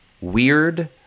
weird